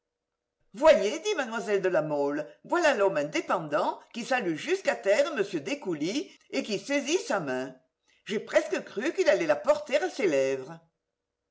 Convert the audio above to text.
voyez dit mlle de la mole voilà l'homme indépendant qui salue jusqu'à terre m descoulis et qui saisit sa main j'ai presque cru qu'il allait la porter à ses lèvres